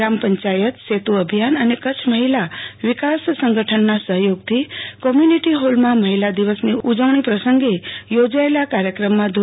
ગ્રામપંચાયત સેતુ અભિયાન અને કચ્છ મહિલા વિકાસ સંગઠનના સહયોગથી કોમ્યુ નિટી હોલમાં મહિલા દિવસની ઉજવણી પ્રસંગે યોજાયેલા કાર્યક્રમમાં ધો